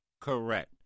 correct